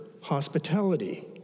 hospitality